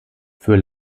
für